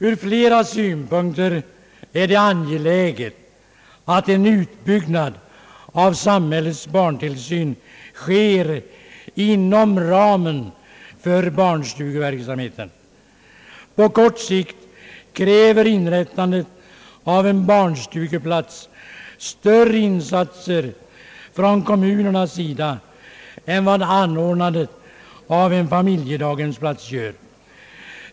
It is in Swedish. Från flera synpunkter är det angeläget att en utbygnad av samhällets barntillsyn sker inom ramen för barnstugeverksamheten. På kort sikt kräver inrättandet av en barnstugeplats större insats från kommunens sida än anordnandet av en familjedaghemsplats.